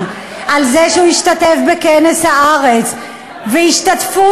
על זה שהוא השתתף בכנס "הארץ" שהשתתפו